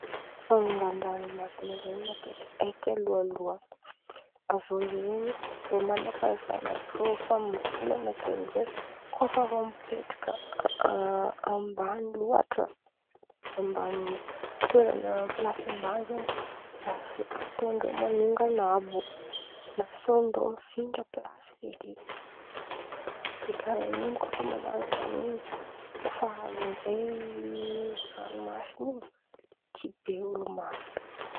Fanongan̈y ran̈omasin̈a zen̈y matetiky hay tsialohaloha, avy eo amizay zen̈y irô man̈apaefan̈a àby irô efa mivolan̈a tsialohaloha oe kô fa mipetraka amban̈y loatra, amban̈y toeran̈a plasy amban̈y zen̈y ataondreo man̈onga an̈obo na asaindreo mifindra plasy feky, de karàha in̈y kô fa man̈araka an̈iny kô fa avy amizay ran̈omasin̈a in̈y, tsy be olo maty.